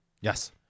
Yes